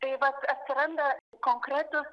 tai vat atsiranda konkretūs